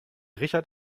richard